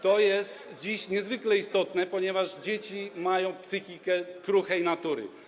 To jest dziś niezwykle istotne, ponieważ dzieci mają psychikę kruchej natury.